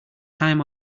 time